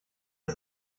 das